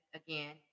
again